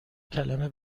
کلمه